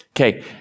Okay